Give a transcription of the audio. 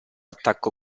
attacco